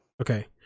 Okay